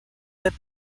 that